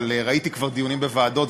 אבל ראיתי כבר דיונים בוועדות,